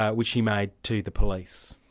ah which he made to the police?